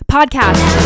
Podcast